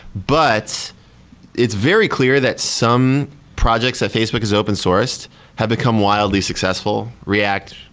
but it's very clear that some projects that facebook has open sourced have become wildly successful. react,